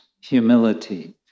humility